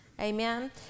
Amen